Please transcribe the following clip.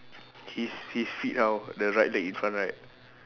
his his feet how the right leg in front right